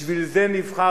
בשביל זה נבחרנו,